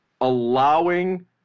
allowing